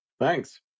Thanks